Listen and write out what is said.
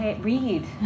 read